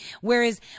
Whereas